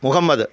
Muhammad